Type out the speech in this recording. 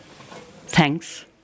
Thanks